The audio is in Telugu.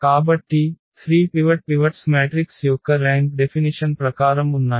కాబట్టి 3 పివట్స్ మ్యాట్రిక్స్ యొక్క ర్యాంక్ డెఫినిషన్ ప్రకారం ఉన్నాయి